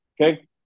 Okay